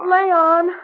Leon